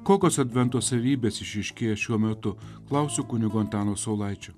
kokios advento savybės išryškėja šiuo metu klausiu kunigo antano saulaičio